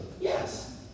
Yes